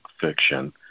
fiction